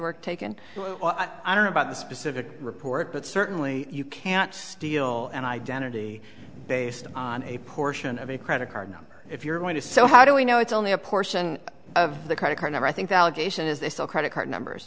taken i don't know about the specific report but certainly you can't steal an identity based on a portion of a credit card number if you're going to so how do we know it's only a portion of the credit card i think that allegation is they still credit card numbers